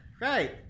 Right